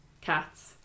cats